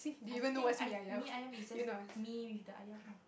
I think I mee-ayam is just Mee with the Ayam lah